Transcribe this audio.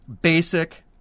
basic